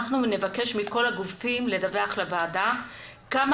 אנחנו נבקש מכל הגופים לדווח לוועדה כמה